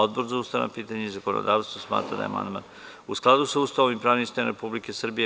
Odbor za ustavna pitanja i zakonodavstvo smatra da je amandman u skladu sa Ustavom i pravnim sistemom Republike Srbije.